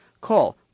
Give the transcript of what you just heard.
call